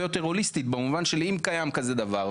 יותר הוליסטית במובן של אם קיים כזה דבר,